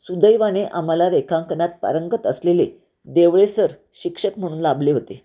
सुदैवाने आम्हाला रेखांकनात पारंगत असलेले देवळे सर शिक्षक म्हणून लाभले होते